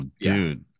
dude